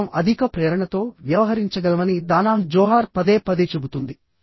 ఇది మనం అధిక ప్రేరణతో వ్యవహరించగలమని దానాహ్ జోహార్ పదే పదే చెబుతుంది